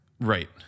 Right